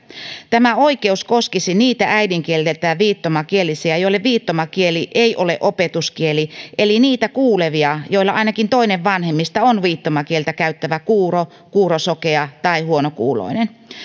tämä oikeus koskisi niitä äidinkieleltään viittomakielisiä joiden viittomakieli ei ole opetuskieli eli niitä kuulevia joilla ainakin toinen vanhemmista on viittomakieltä käyttävä kuuro kuurosokea tai huonokuuloinen